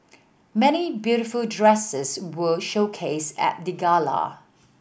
many beautiful dresses were showcased at the gala